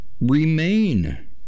remain